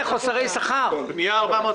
שכר.